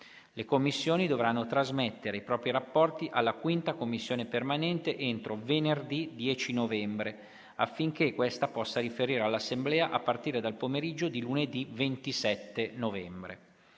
Le Commissioni dovranno trasmettere i propri rapporti alla 5ª Commissione permanente entro venerdì 10 novembre, affinché questa possa riferire all'Assemblea a partire dal pomeriggio di lunedì 27 novembre.